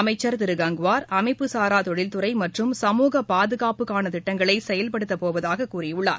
அமைச்சர் திரு கங்குவார் அமைப்புசாரா தொழில்துறை மற்றும் சமூக பாதுகாப்புக்கான திட்டங்களை செயல்படுத்தப் போவதாக கூறியுள்ளார்